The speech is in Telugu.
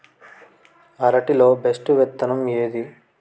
అరటి లో బెస్టు విత్తనం ఏది?